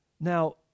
Now